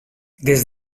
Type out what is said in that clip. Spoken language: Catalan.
des